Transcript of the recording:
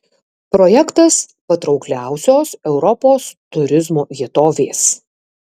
projektas patraukliausios europos turizmo vietovės